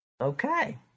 Okay